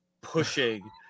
pushing